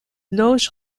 loge